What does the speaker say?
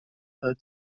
her